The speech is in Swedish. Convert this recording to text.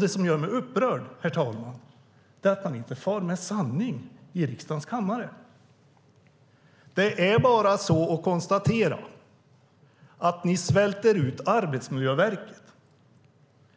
Det som gör mig upprörd, herr talman, är att man inte far med sanning i riksdagens kammare. Det är bara att konstatera att ni svälter ut Arbetsmiljöverket.